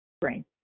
brain